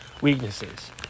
weaknesses